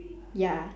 ya